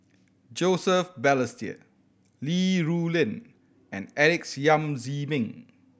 Joseph Balestier Li Rulin and Alex Yam Ziming